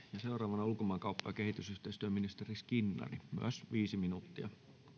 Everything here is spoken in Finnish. seuraavana ulkomaankauppa ja kehitysyhteistyöministeri skinnari myös viisi minuuttia